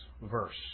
verse